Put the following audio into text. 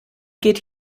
geht